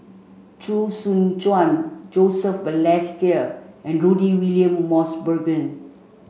Chee Soon Juan Joseph Balestier and Rudy William Mosbergen